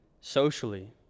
socially